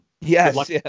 Yes